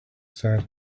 said